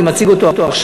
אני מציג אותו עכשיו.